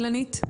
אילנית?